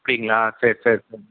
அப்படிங்களா சேரி சேரி சார்